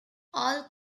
all